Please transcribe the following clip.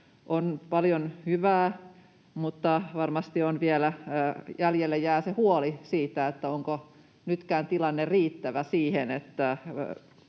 on paljon hyvää, mutta varmasti vielä jäljelle jää se huoli siitä, onko nytkään tilanne riittävä siihen,